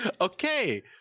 Okay